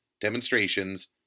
Demonstrations